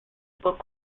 book